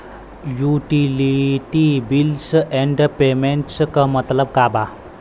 Utility bills and payments क मतलब का बा?